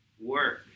work